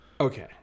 okay